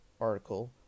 article